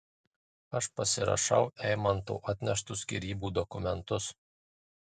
aš pasirašau eimanto atneštus skyrybų dokumentus